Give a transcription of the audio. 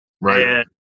right